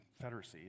Confederacy